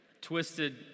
twisted